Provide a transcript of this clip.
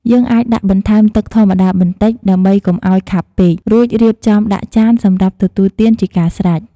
យើងអាចដាក់បន្ថែមទឹកធម្មតាបន្តិច ដើម្បីកុំឲ្យខាប់ពេក រួចរៀបចំដាក់ចានសម្រាប់ទទួលទានជាការស្រេច។